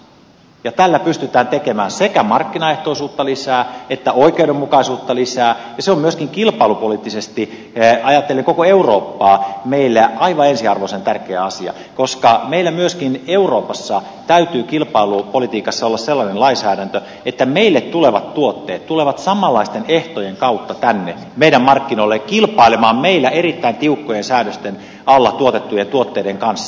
ei euroakaan maksa ja tällä pystytään tekemään sekä markkinaehtoisuutta lisää että oikeudenmukaisuutta lisää ja se on myöskin kilpailupoliittisesti ajatellen koko eurooppaa meille aivan ensiarvoisen tärkeä asia koska meillä myöskin euroopassa täytyy kilpailupolitiikassa olla sellainen lainsäädäntö että meille tulevat tuotteet tulevat samanlaisten ehtojen kautta tänne meidän markkinoillemme kilpailemaan meillä erittäin tiukkojen säädösten alla tuotettujen tuotteiden kanssa